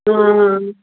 ਹਾਂ